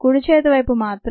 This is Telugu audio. కుడి చేతి వైపు మాత్రం